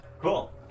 Cool